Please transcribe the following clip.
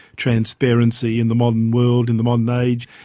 transparency in the modern world, in the modern age,